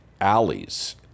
alleys